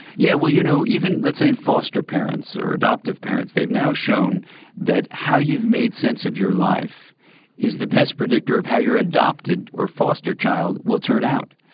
yeah well you know even, let's say in foster parents, or adoptive parents, they've now shown that how you've made sense of your life is the best predictor of how your adopted or foster child will turn out.